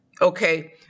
Okay